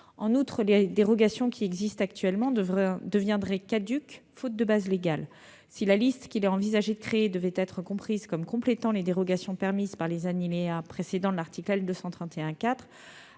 En outre, les dérogations qui existent actuellement deviendraient caduques, faute de base légale. Si la liste envisagée devait être comprise comme complétant les dérogations permises par les alinéas précédant l'article L. 231-4,